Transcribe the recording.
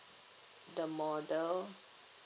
the model